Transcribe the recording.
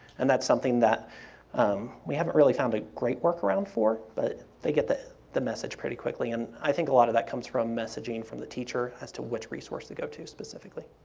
and that's something that um we haven't really found a great work around for, but they get the the message pretty quickly and i think a lot of that comes from messaging from the teacher as to which resource to go to specifically.